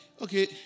okay